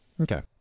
okay